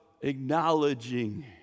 acknowledging